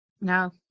No